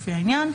לפי העניין.